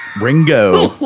Ringo